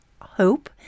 hope